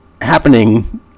happening